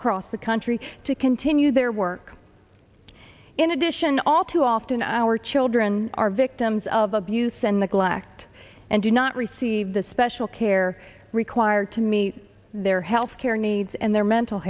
across the country to continue their work in addition all too often our children are victims of abuse and neglect and do not receive the special care required to meet their healthcare needs and their mental